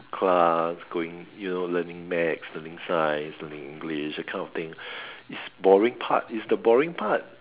to class going you know learning maths learning science learning English that kind of thing is boring part is the boring part